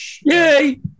yay